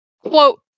quote